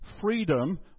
freedom